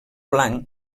blanc